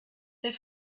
der